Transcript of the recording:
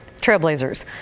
Trailblazers